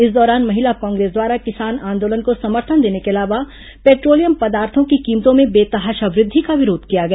इस दौरान महिला कांग्रेस द्वारा किसान आंदोलन को समर्थन देने के अलावा पेट्रोलियम पदार्थो की कीमतों में बेतहाशा वृद्वि का विरोध किया गया